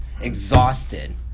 exhausted